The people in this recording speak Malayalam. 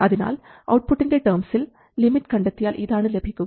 അതിനാൽ ഔട്ട്പുട്ടിൻറെ ടേംസിൽ ലിമിറ്റ് കണ്ടെത്തിയാൽ ഇതാണ് ലഭിക്കുക